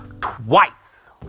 twice